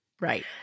Right